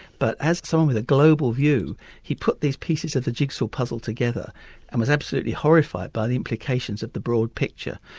but as someone with a global view he put these pieces of the jigsaw puzzle together and was absolutely horrified by the implications of the broad picture.